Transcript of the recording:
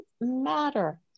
matter